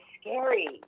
scary